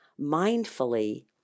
mindfully